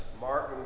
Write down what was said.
Martin